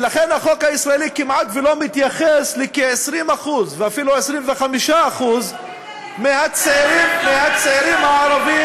ולכן החוק הישראלי כמעט לא מתייחס לכ-20% ואפילו 25% מהצעירים הערבים,